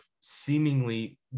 seemingly